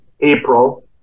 April